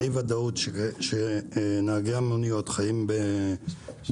האי הוודאות שנהגי המוניות חיים בה,